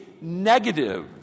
negative